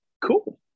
cool